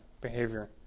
behavior